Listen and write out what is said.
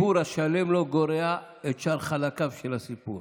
הסיפור השלם לא גורע משאר חלקיו של הסיפור.